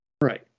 Right